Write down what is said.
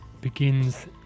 begins